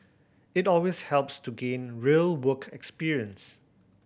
it always helps to gain real work experience